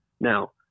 Now